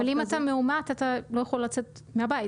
--- אבל אם אדם מאומת אז הוא לא יכול לצאת מהבית,